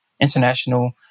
international